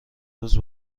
روز